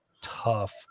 tough